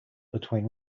between